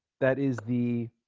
that is the